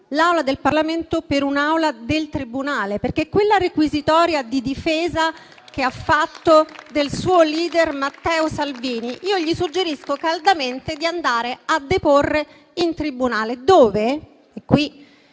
l'Aula del Parlamento per un'aula del tribunale, perché, rispetto a quella requisitoria di difesa che ha fatto del suo *leader* Matteo Salvini, gli suggerisco caldamente di andare a deporre in tribunale. A questo